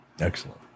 excellent